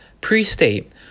Pre-state